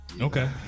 Okay